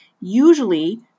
Usually